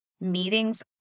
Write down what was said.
meetings